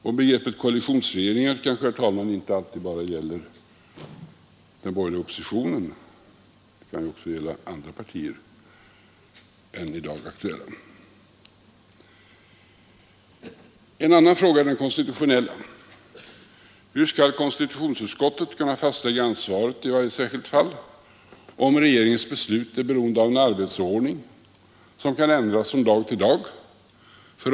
Och begreppet koalitionsregering kanske, herr talman, inte bara gäller den borgerliga oppositionen — det kan också gälla andra partier än de i dag aktuella. En annan fråga är den konstitutionella. Hur skall konstitutionsutskottet kunna fastlägga ansvaret i varje särskilt fall, om regeringens beslut är beroende av en arbetsordning som kan ändras från dag till dag?